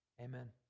Amen